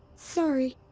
sorry.